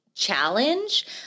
challenge